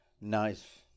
nice